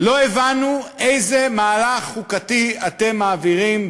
לא הבנו איזה מהלך חוקתי אתם מעבירים,